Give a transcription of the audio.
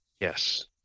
Yes